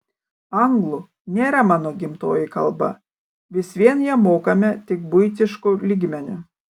anglų nėra mano gimtoji kalba vis vien ją mokame tik buitišku lygmeniu